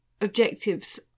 objectives